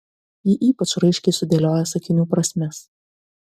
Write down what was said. ji ypač raiškiai sudėlioja sakinių prasmes